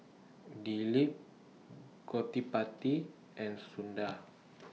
Dilip Gottipati and Suda